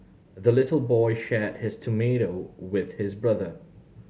the little boy shared his tomato with his brother